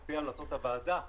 על פי המלצות הוועדה,